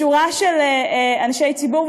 לשורה של אנשי ציבור,